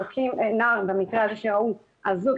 נער במקרה הזה שראו אזוק,